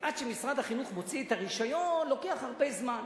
ועד שמשרד החינוך מוציא את הרשיון לוקח הרבה זמן,